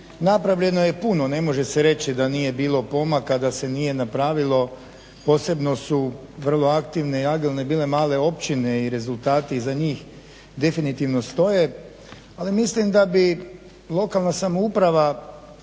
napravljeno je puno, ne može se reći da nije bilo pomaka, da se nije napravilo, posebno su vrlo aktivne i agilne bile male općine i rezultati za njih definitivno stoje. Ali mislim da bi lokalna samouprava